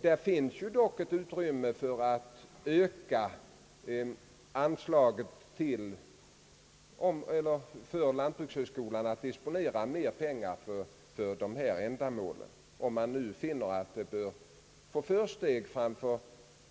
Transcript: Det finns dock utrymme för lantbrukshögskolan att disponera mer pengar för dessa ändamål, om man nu finner att de bör få försteg framför